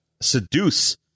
seduce